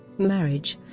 marriage